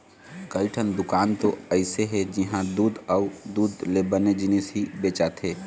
कइठन दुकान तो अइसे हे जिंहा दूद अउ दूद ले बने जिनिस ही बेचाथे